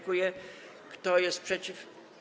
Kto jest przeciw?